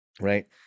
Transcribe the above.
right